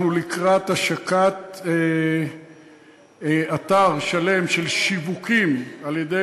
אנחנו לקראת השקת אתר שלם של שיווקים על-ידי